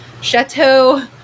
chateau